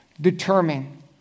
determine